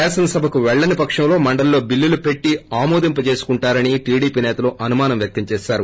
శాసనసభకు వెళ్లని పక్షంలో మండలీలో బిల్లులు పెట్లి ఆమోదింపజేసుకుంటారని టీడీపీ నేతలు అనుమానం వ్యక్తం చేశారు